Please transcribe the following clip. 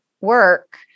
work